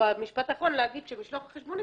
אפשר במשפט האחרון להגיד שמשלוח החשבונית